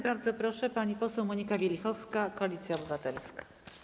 Bardzo proszę, pani poseł Monika Wielichowska, Koalicja Obywatelska.